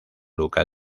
luca